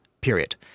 period